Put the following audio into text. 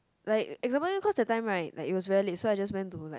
like example cause that time right it was very late so I just went to like